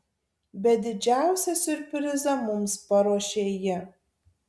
bet didžiausią siurprizą mums paruošė ji